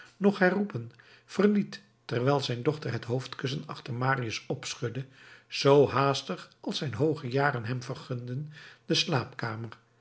noch herroepen verliet terwijl zijn dochter het hoofdkussen achter marius opschudde zoo haastig als zijn hooge jaren hem vergunden de slaapkamer